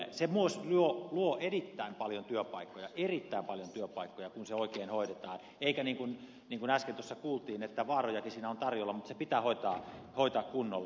se myös luo erittäin paljon työpaikkoja erittäin paljon työpaikkoja kun se oikein hoidetaan eikä niin kuin äsken tuossa kuultiin että vaarojakin siinä on tarjolla mutta se pitää hoitaa kunnolla